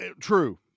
True